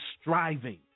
striving